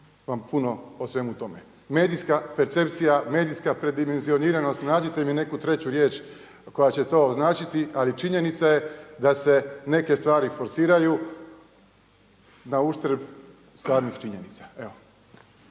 vam puno o svemu tome. Medijska percepcija, medijska predimenzioniranost, nađite mi neku treću riječ koja će to označiti, ali činjenica je da se neke stvari forsiraju na uštrb stvarnih činjenica.